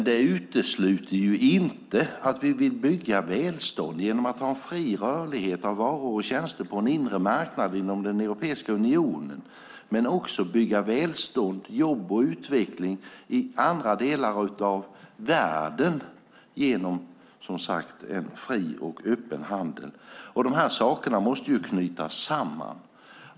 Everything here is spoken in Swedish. Det utesluter dock inte att vi vill bygga välstånd genom att ha en fri rörlighet av varor och tjänster på en inre marknad inom den europeiska unionen och också bygga välstånd, jobb och utveckling i andra delar av världen genom en fri och öppen handel. Dessa saker måste knytas samman.